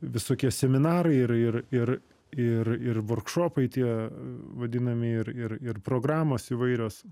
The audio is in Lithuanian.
visokie seminarai ir ir ir ir ir vorkšopai tie vadinami ir ir ir programos įvairios